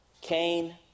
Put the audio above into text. Cain